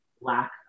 lack